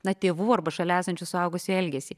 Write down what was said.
na tėvų arba šalia esančių suaugusių elgesį